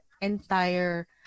entire